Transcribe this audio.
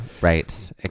right